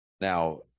Now